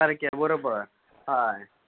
सारके बरोबर हय